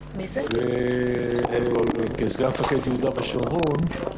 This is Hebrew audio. כסגן מפקד יהודה ושומרון,